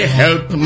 help